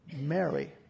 Mary